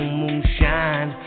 moonshine